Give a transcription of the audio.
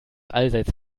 allseits